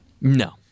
No